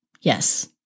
Yes